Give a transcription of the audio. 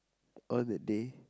on that day